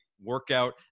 workout